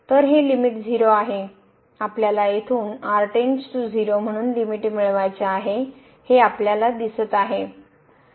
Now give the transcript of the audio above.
तर हे लिमिट 0 आहे आपल्याला येथून r → 0 म्हणून लिमिट मिळवायचे आहे हे आपल्याला दिसत आहे